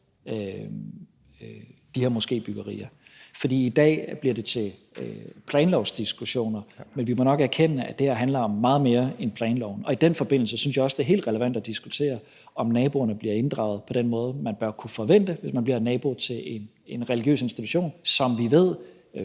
de her moskébyggerier. For i dag bliver det til planlovsdiskussioner, men vi må nok erkende, at det her handler om meget mere end planloven, og i den forbindelse synes jeg også, det er helt relevant at diskutere, om naboerne bliver inddraget på den måde, som man bør kunne forvente, hvis man bliver nabo til en religiøs institution. De